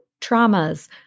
traumas